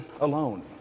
alone